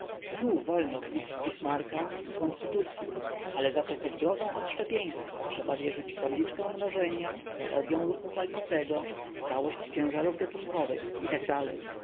tu wolno kpić z bismarka i konstytucyi ale zato pod grozą odszczepieństwa trzeba wierzyć w tabliczkę mnożenia teoryą ruchu falistego w stałość ciężarów gatunkowych i t d